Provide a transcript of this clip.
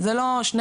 זה לא שני